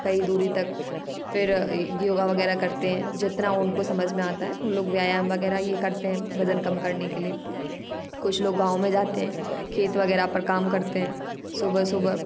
कई दूरी तक फिर योग वगैरह करते हैं जितना उनको समझ में आता है उन लोग व्यायाम वगैरह ही करते हैं वजन कम करने के लिए कुछ लोग गाँव में जाते हैं खेत वगैरह पर काम करते हैं सुबह सुबह